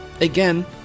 again